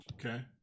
Okay